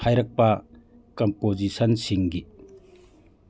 ꯍꯥꯏꯔꯛꯄ ꯀꯝꯄꯣꯖꯤꯁꯟꯁꯤꯡꯒꯤ